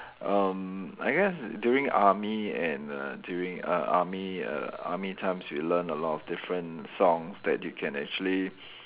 um I guess during army and uh during uh army err army times we learn a lot of different songs that you can actually